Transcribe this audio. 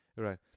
right